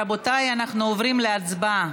רבותיי, אנחנו עוברים להצבעה.